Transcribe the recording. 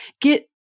get